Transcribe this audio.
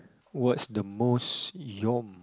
what's the most your